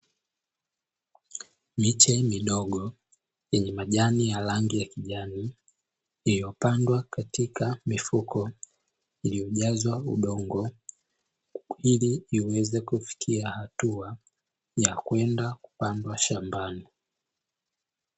Miche midogo yenye majani ya rangi ya kijani ilio kupandwa katika mifuko iliojazwa udongo, ili iweze kufikia hatua ya kwenda kupandwa shambani.